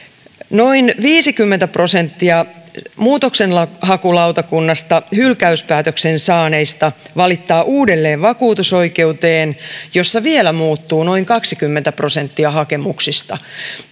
noin viisikymmentä prosenttia muutoksenhakulautakunnasta hylkäyspäätöksen saaneista valittaa uudelleen vakuutusoikeuteen jossa vielä muuttuu noin kaksikymmentä prosenttia hakemuksista